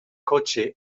coche